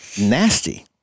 nasty